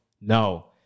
no